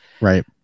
Right